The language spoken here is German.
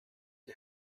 die